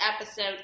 episode